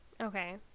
Okay